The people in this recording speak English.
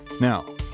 Now